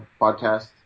podcast